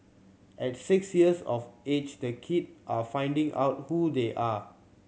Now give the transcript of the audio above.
at six years of age the kid are finding out who they are